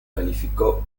calificó